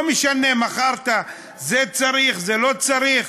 לא משנה, מכרת, צריך, לא צריך.